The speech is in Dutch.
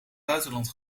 buitenland